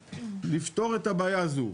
נפתור את הבעיה הזו.